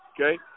Okay